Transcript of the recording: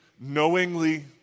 knowingly